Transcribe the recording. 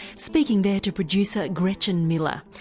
speaking there to producer gretchen miller.